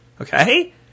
Okay